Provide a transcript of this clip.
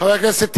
חבר הכנסת טיבייב,